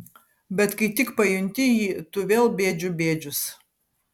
bet kai tik pajunti jį tu vėl bėdžių bėdžius